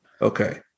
Okay